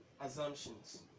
assumptions